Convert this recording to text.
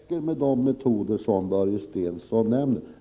Herr talman! De metoder Börje Stensson nämner är mycket osäkra.